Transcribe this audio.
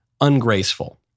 ungraceful